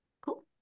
cool